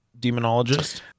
demonologist